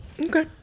Okay